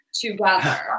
together